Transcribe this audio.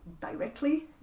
directly